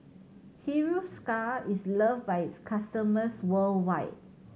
Hiruscar is loved by its customers worldwide